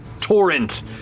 torrent